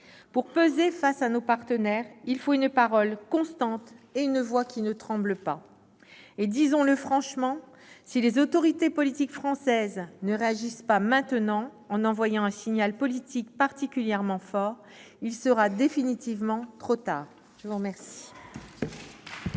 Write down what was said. Pour peser face à nos partenaires, il faut une parole constante et une voix qui ne tremble pas. Disons-le franchement : si les autorités politiques françaises ne réagissent pas maintenant, en envoyant un signal politique particulièrement fort, il sera définitivement trop tard ! La parole